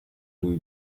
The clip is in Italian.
lui